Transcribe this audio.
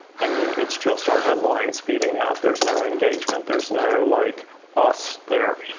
i mean, it's just our headlines feeding out. there's no engagement, there's no like us there.